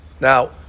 Now